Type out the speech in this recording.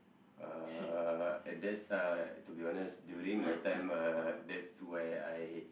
uh and that's uh to be honest during my time uh that's where I